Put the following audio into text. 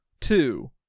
two